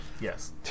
Yes